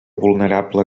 vulnerable